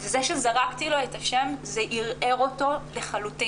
וזה שזרקתי לו את השם זה ערער אותו לחלוטין.